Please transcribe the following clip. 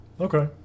Okay